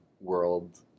world